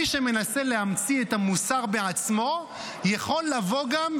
מי שמנסה להמציא את המוסר בעצמו יכול להעביר